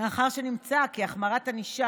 מאחר שנמצא כי החמרת ענישה,